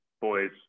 boys